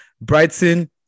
Brighton